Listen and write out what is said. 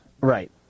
Right